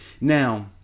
Now